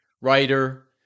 writer